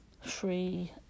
free